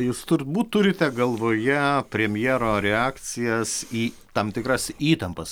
jūs turbūt turite galvoje premjero reakcijas į tam tikras įtampas